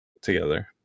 together